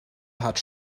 hat